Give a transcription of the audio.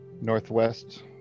northwest